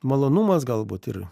malonumas galbūt ir